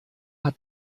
hat